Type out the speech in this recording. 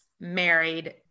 married